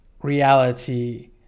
reality